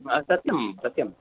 हा सत्यं सत्यं